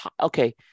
okay